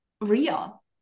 real